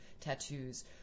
tattoos